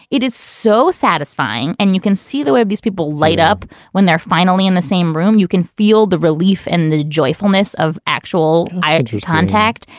it is so satisfying. and you can see the way these people light up when they're finally in the same room. you can feel the relief and the joyfulness of actual ideas contact.